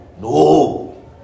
no